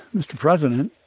mr. president,